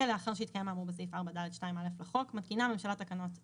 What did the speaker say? ולאחר שהתקיים האמור בסעיף 4(ד)(2)(א) לחוק מתקינה הממשלה תקנות אלה: